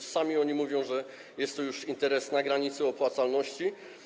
Oni sami mówią, że jest to już interes na granicy opłacalności.